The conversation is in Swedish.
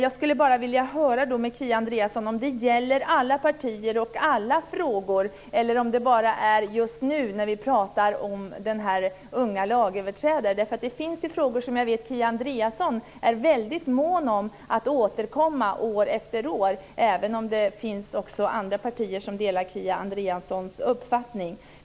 Jag skulle bara vilja höra med Kia Andreasson om det gäller alla partier och alla frågor eller om det bara gäller just nu när vi pratar om unga lagöverträdare. Det finns ju frågor som jag vet att Kia Andreasson är väldigt mån om att återkomma med år efter år även om det också finns andra partier som delar Kia Andreassons uppfattning.